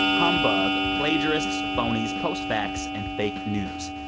humbug, plagiarists, phonies, post-facts, and fake news.